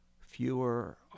Fewer